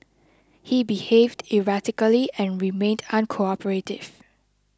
he behaved erratically and remained uncooperative